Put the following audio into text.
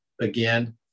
again